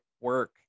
work